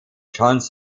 johns